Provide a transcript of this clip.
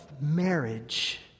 marriage